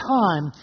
time